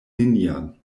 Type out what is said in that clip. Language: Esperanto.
nenian